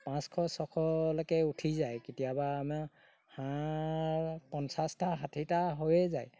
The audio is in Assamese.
পাঁচশ ছশলৈকে উঠি যায় কেতিয়াবা আমাৰ হাঁহ পঞ্চাছটা ষাঠিটা হৈয়ে যায়